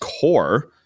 core